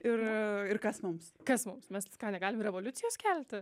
ir ir kas mums kas mums mes negalim revoliucijos kelti